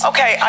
Okay